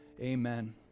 Amen